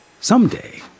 Someday